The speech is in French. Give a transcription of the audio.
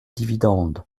dividendes